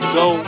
go